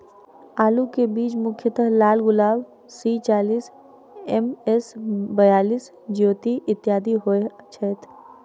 आलु केँ बीज मुख्यतः लालगुलाब, सी चालीस, एम.एस बयालिस, ज्योति, इत्यादि होए छैथ?